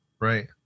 right